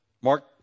Mark